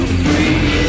free